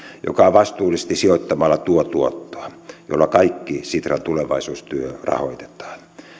joka vastuullisesti sijoittamalla tuo tuottoa jolla kaikki sitran tulevaisuustyö rahoitetaan